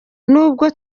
nubwo